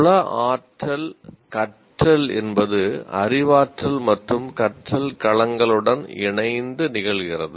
உள ஆற்றல் கற்றல் என்பது அறிவாற்றல் மற்றும் கற்றல் களங்களுடன் இணைந்து நிகழ்கிறது